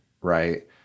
right